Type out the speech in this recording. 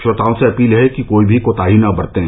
श्रोताओं से अपील है कि कोई भी कोताही न बरतें